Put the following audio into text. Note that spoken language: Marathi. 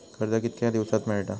कर्ज कितक्या दिवसात मेळता?